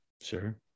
Sure